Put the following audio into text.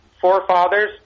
forefathers